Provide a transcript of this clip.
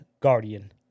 Guardian